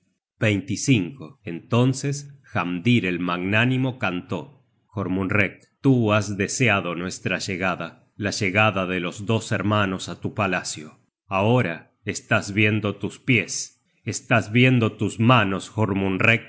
pecho entonces hamdir el magnánimo cantó jormunrek tú has deseado nuestra llegada la llegada de los dos hermanos á tu palacio ahora estás viendo tus pies estás viendo tus manos